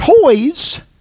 toys